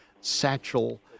Satchel